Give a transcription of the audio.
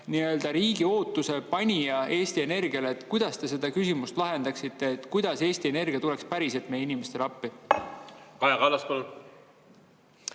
riigi ootuse panija Eesti Energiale, kuidas te selle küsimuse lahendaksite? Kuidas Eesti Energia tuleks päriselt meie inimestele appi? Kaja Kallas,